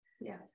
Yes